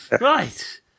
right